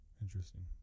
Interesting